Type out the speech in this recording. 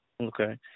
Okay